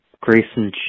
Grayson